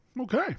Okay